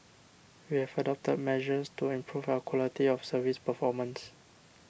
we have adopted measures to improve our quality of service performance